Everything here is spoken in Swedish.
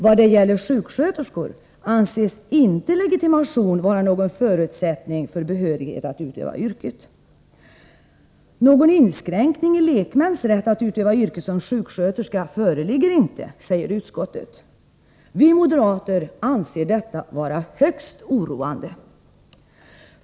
Vad det gäller sjuksköterskor anses inte legitimation vara någon förutsättning för behörighet att utöva yrket. ”Någon inskränkning i lekmäns rätt att 143 utöva yrke som sjuksköterska föreligger inte”, säger utskottet. Vi moderater anser detta vara högst oroande.